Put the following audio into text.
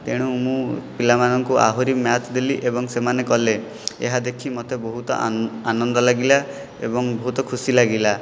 ତେଣୁ ମୁଁ ପିଲାମାନଙ୍କୁ ଆହୁରି ମ୍ୟାଥ୍ ଦେଲି ଏବଂ ସେମାନେ କଲେ ଏହା ଦେଖି ମୋତେ ବହୁତ ଆ ଆନନ୍ଦ ଲାଗିଲା ଏବଂ ବହୁତ ଖୁସି ଲାଗିଲା